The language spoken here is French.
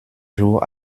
jour